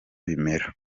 bimera